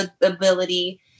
ability